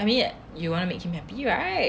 I mean you want to make him happy right